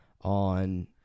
on